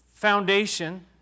Foundation